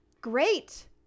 great